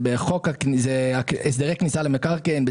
זה הסדרי כניסה למקרקעין,